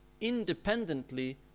independently